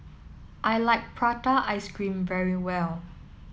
I like Prata Ice Cream very much